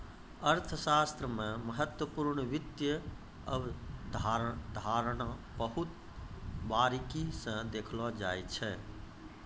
अर्थशास्त्र मे महत्वपूर्ण वित्त अवधारणा बहुत बारीकी स देखलो जाय छै